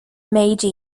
meiji